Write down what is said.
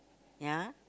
ya